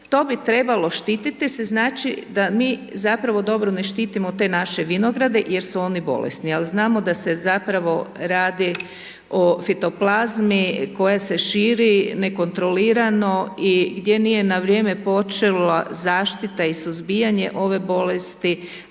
to bi trebalo štititi se, znači, da mi zapravo, dobro ne štitimo te naše vinograde jer su oni bolesni, al znamo da se zapravo radi o fitoplazmi koja se širi nekontrolirano i gdje nije na vrijeme počela zaštita i suzbijanje ove bolesti,